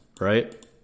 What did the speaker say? Right